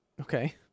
okay